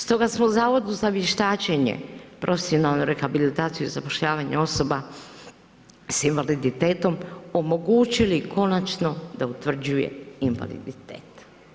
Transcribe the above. Stoga smo Zavodu za vještačenje, profesionalnu rehabilitaciju i zapošljavanje osoba s invaliditetom omogućili konačno da utvrđuje invaliditet.